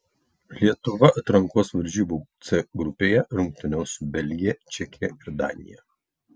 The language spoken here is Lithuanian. lietuva atrankos varžybų c grupėje rungtyniaus su belgija čekija ir danija